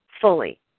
fully